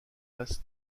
place